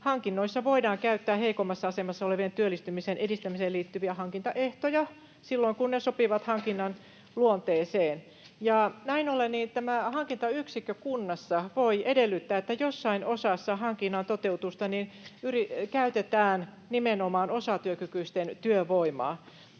hankinnoissa voidaan käyttää heikommassa asemassa olevien työllistymisen edistämiseen liittyviä hankintaehtoja, silloin kun ne sopivat hankinnan luonteeseen. Näin ollen tämä hankintayksikkö kunnassa voi edellyttää, että jossain osassa hankinnan toteutusta käytetään nimenomaan osatyökykyisten työvoimaa.